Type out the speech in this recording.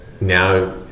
now